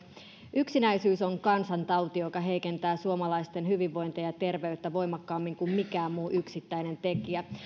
yksinäisyys on kansantauti joka heikentää suomalaisten hyvinvointia ja terveyttä voimakkaammin kuin mikään muu yksittäinen tekijä